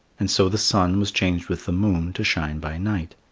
and so the sun was changed with the moon to shine by night,